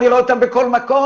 אני רואה אותם בכל מקום,